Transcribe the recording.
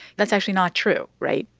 that's actually not true, right?